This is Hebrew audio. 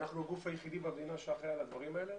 אנחנו הגוף היחידי במדינה שאחראי על הדברים האלה